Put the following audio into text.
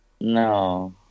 No